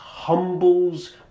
humbles